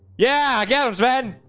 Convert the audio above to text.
yeah, i guess ready.